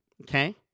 Okay